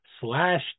slash